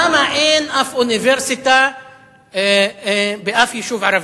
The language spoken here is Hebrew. למה אין אוניברסיטה בשום יישוב ערבי?